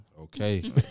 Okay